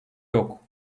yok